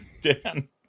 Dan